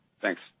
Thanks